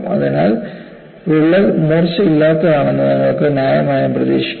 അതിനാൽ വിള്ളൽ മൂർച്ച ഇല്ലാത്തതാണെന്ന് നിങ്ങൾക്ക് ന്യായമായും പ്രതീക്ഷിക്കാം